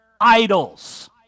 idols